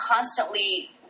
constantly